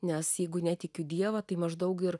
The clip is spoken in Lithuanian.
nes jeigu netikiu dievą tai maždaug ir